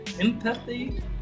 empathy